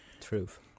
Truth